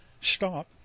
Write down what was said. Stop